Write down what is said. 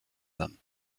them